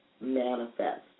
manifest